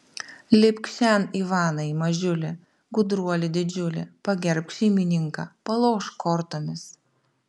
lipk šen ivanai mažiuli gudruoli didžiuli pagerbk šeimininką palošk kortomis